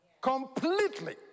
completely